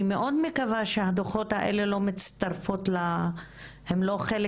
אני מאוד מקווה שהדוחות האלה הם לא חלק